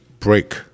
break